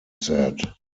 said